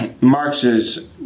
Marx's